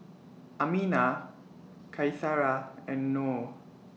Aminah Qaisara and Noh